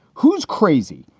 who's crazy,